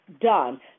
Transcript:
done